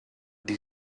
die